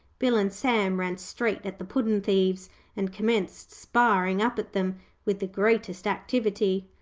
bill and sam ran straight at the puddin'-thieves and commenced sparring up at them with the greatest activity.